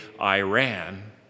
Iran